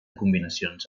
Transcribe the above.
combinacions